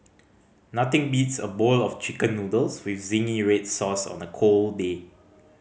nothing beats a bowl of Chicken Noodles with zingy red sauce on a cold day